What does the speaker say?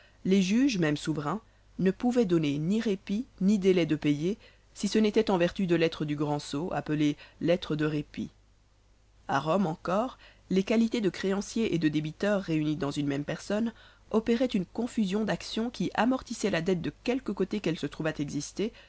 les juges même souverains ne pouvaient donner ni répit ni délai de payer si ce n'était en vertu de lettre du grand sceau appelées lettres de répit a rome encore les qualités de créancier et de débiteur réunies dans une même personne opéraient une confusion d'action qui amortissait la dette de quelque côté qu'elle se trouvât exister